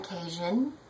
occasion